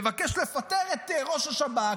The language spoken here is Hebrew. לבקש לפטר את ראש השב"כ,